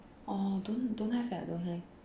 oh don't don't have don't have